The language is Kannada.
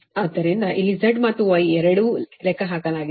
ಆದ್ದರಿಂದ ಇಲ್ಲಿ Z ಮತ್ತು Y ಎರಡೂ ಲೆಕ್ಕಹಾಕಲಾಗಿದೆ